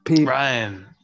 Ryan